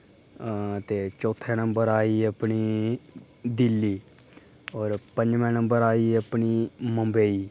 हां ते चौथे नंबर आई अपनी दिल्ली और पञमें नंबर आई अपनी मुम्बई